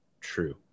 true